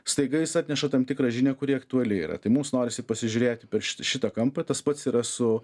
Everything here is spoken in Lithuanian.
staiga jis atneša tam tikrą žinią kuri aktuali yra tai mums norisi pasižiūrėti per šitą kampą tas pats yra su